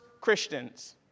Christians